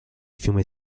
fiume